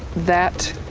that